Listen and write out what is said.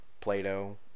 Plato